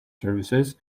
services